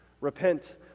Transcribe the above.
Repent